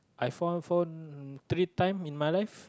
I found phone three times in my life